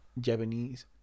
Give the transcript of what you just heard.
Japanese